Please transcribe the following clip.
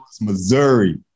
Missouri